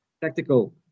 tactical